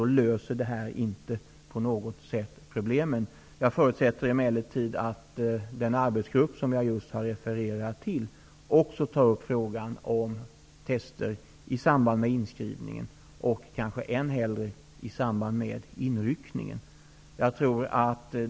Då löser en test inte på något sätt problemen. Jag förutsätter dock att den arbetsgrupp som jag just har refererat till också tar upp frågan om en test i samband med inskrivningen eller -- kanske än hellre -- i samband med inryckningen.